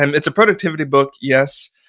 um it's a productivity book, yes,